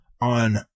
on